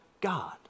God